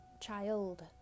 child